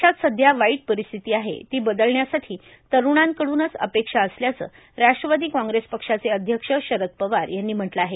देशात सध्या वाईट परिस्थिती आहे ती बदलण्यासाठी तरूणांकडूनच अपेक्षा असल्याचं राष्ट्रवादी कांग्रेस पक्षाचे अध्यक्ष शरद पवार यांनी म्हटलं आहे